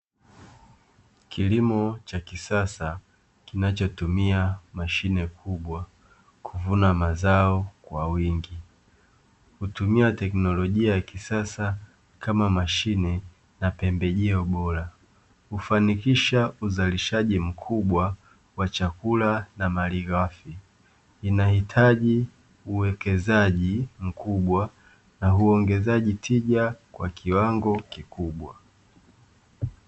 Kilimo cha kisasa kinachotumia mashine kubwa, kuvuna mazao kwa wingi, hutumia teknolojia ya kisasa kama mashine na pembejeo bora, hufanikisha uzalishaji mkubwa wa chakula na malighafi, inahitaji uwekezaji mkubwa na uongezaji tija kwa kiwango kikubwa.